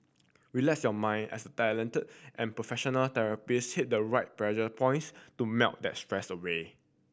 relax your mind as the talented and professional therapist hit the right pressure points to melt that stress away